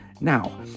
Now